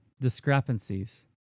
discrepancies